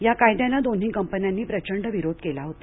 या कायद्याला दोन्ही कंपन्यांनी प्रचंड विरोध केला होता